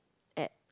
at